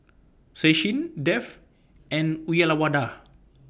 Sachin Dev and Uyyalawada